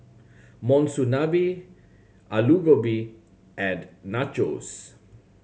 Monsunabe Alu Gobi and Nachos